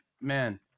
man